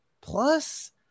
plus